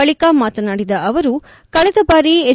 ಬಳಿಕ ಮಾತನಾಡಿದ ಅವರು ಕಳೆದ ಬಾರಿ ಎಚ್